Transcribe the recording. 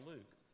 Luke